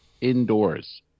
indoors